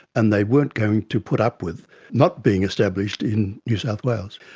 and they weren't going to put up with not being established in new south wales.